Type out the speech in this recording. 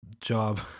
job